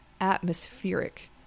atmospheric